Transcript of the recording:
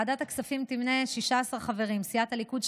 ועדת הכספים תמנה 16 חברים: סיעת הליכוד,